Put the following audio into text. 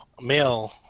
male